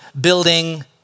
building